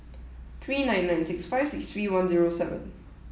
three nine nine six five six three one zero seven